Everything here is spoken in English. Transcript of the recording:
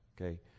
Okay